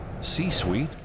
C-Suite